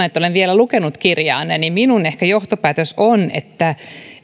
että olen vielä lukenut kirjaanne minun johtopäätökseni ehkä on että